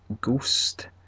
ghost